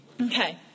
Okay